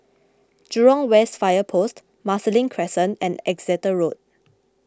Jurong West Fire Post Marsiling Crescent and Exeter Road